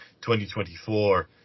2024